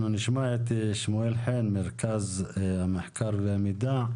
אנחנו נשמע את שמואל חן, מרכז המחקר והמידע,